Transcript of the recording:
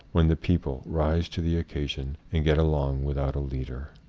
when the people rise to the occasion and get along without a leader.